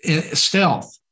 stealth